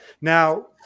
now